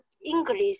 English